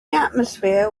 atmosphere